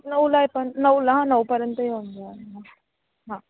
नऊला आहे पण नऊला हा नऊपर्यंत येऊन जा हां